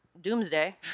doomsday